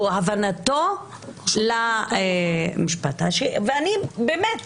הבנתו את המשפט, ואני באמת